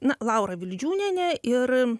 na laura vildžiūnienė ir